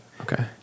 Okay